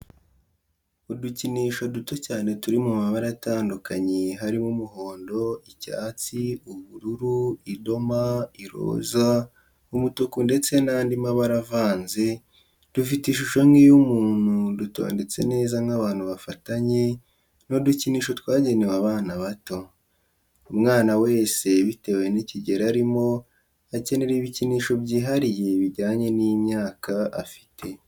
Udukinisho duto cyane turi mu mabara atandukanye harimo umuhondo, icyatsi, ubururu, idoma, iroza, umutuku ndetse n'andi mabara avanze, dufite ishusho nk'iy'umuntu dutondetse neza nk'abantu bafatanye, ni udukinisho twagenewe abana bato. Umwana wese bitewe n'ikigero arimo akenera ibikinsho byihariye bijyanye n'imyaka afite.